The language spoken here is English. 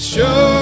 Show